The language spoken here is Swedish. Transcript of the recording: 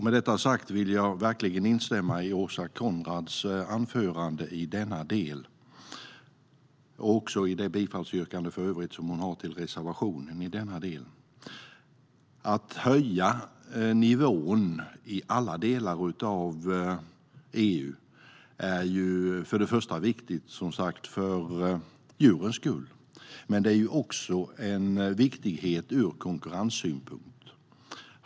Med detta sagt vill jag verkligen instämma i Åsa Coenraads anförande i denna del och också i det bifallsyrkande som hon har till reservationen i denna del. Att höja nivån i alla delar av EU är först och främst viktigt för djurens skull, men det är också viktigt ur konkurrenssynpunkt.